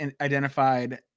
identified